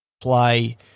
play